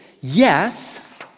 yes